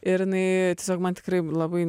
ir jinai tiesiog man tikrai labai